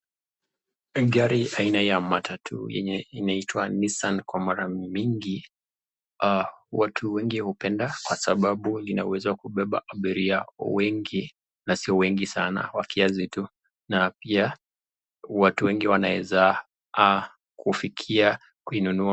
Gari aina ya matatu yenye inaitwa Nissan kwa mara mingi. Watu wengi hupenda kwa sababu inauwezo wa kubeba abiria wengi na sio wengi sana wa kiacy tu . Na pia watu wengi wanaeza kufikia kuinunua